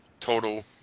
total